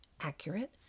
Accurate